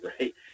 right